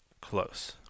Close